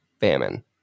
famine